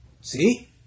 See